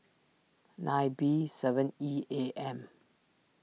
nine B seven E A M